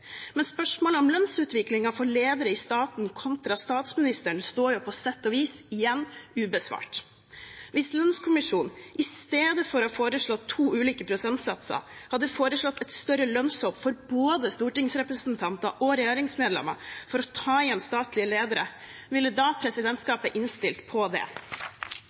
Men spørsmålet om lønnsutviklingen for ledere i staten kontra for statsministeren står jo på sett og vis igjen ubesvart. Hvis lønnskommisjonen i stedet for å foreslå to ulike prosentsatser hadde foreslått et større lønnshopp for både stortingsrepresentanter og regjeringsmedlemmer for å ta igjen statlige ledere, ville da presidentskapet innstilt på det?